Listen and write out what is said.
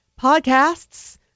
podcasts